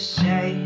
say